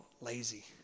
lazy